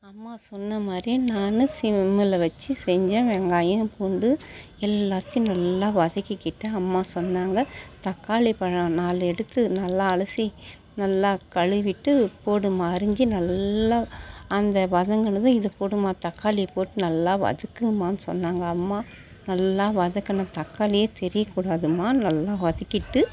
அம்மா சொன்ன மாதிரியே நானும் சிம்மில் வச்சு செஞ்சேன் வெங்காயம் பூண்டு எல்லாத்தையும் நல்லா வதக்கிக்கிட்டேன் அம்மா சொன்னாங்க தக்காளி பழம் நாலு எடுத்து நல்லா அலசி நல்லா கழுவிட்டு போடும்மா அரிஞ்சி நல்லா அங்கே வதங்குனதும் இதை போடும்மா தக்காளியை போட்டு நல்லா வதக்குமான்னு சொன்னாங்க அம்மா நல்லா வதக்குனேன் தக்காளியே தெரியக்கூடாதும்மா நல்லா வதக்கிட்டு